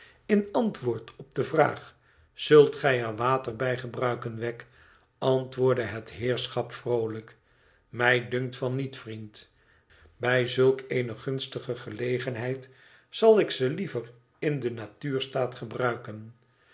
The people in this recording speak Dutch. in antwoord op de vraag zult gij er water bij gebruiken weg antwoordde het heerschap vroolijk mij dunkt van niet vriend bij zulk eene gunstige gelegenheid zal ik ze liever in den natuurstaat gebruiken